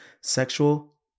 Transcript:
sexual